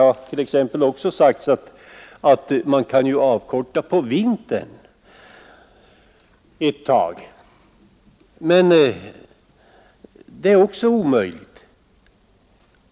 a. har det också sagts att man kan avkorta undervisningen ett tag under vintern, men det är också omöjligt.